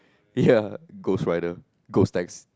ya ghost rider ghost tax~